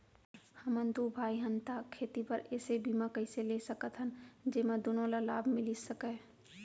हमन दू भाई हन ता खेती बर ऐसे बीमा कइसे ले सकत हन जेमा दूनो ला लाभ मिलिस सकए?